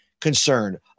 concerned